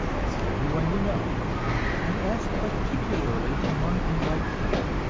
ask everyone you know and ask particularly among enlightened people,